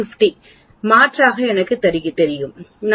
5 மாற்றாக எனக்குத் தெரியும் நான் Z ஐ 2